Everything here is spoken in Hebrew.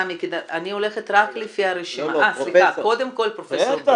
קודם כל פרופ' בריק,